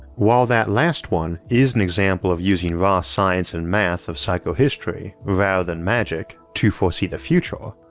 while that last one is an example of using raw science and math of psychohistory, rather than magic, to foresee the future,